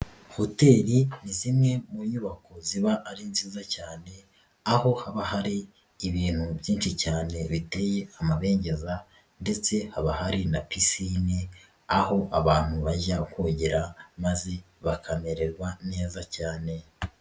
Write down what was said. Hoteli ni zimwe mu nyubako ziba ari nziza cyane aho haba hari ibintu byinshi cyane biteye amabengeza ndetse haba hari na pisine aho abantu bajya kogera maze bakamererwa neza cyane.